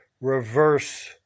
reverse